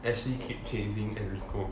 actually keep chasing enrico